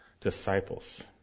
disciples